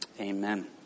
Amen